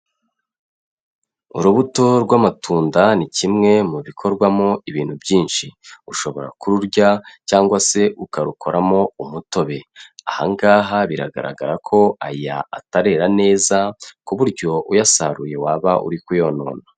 Urubuto rw'amatunda ni kimwe mu bikorwamo ibintu byinshi. Ushobora kururya cyangwa se ukarukoramo umutobe. Aha ngaha biragaragara ko aya atarera neza, ku buryo uyasaruye waba uri kuyonona.